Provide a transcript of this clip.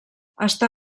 està